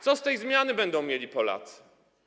Co z tej zmiany będą mieli Polacy?